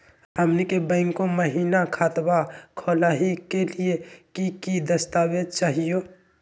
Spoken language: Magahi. हमनी के बैंको महिना खतवा खोलही के लिए कि कि दस्तावेज चाहीयो?